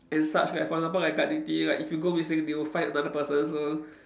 and such like for example like guard duty like if you go missing they will find another person so